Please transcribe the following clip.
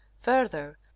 Further